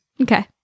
Okay